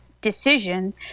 decision